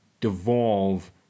devolve